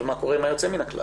ומה קורה עם היוצא מן הכלל?